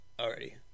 Already